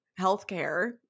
healthcare